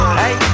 hey